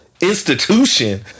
institution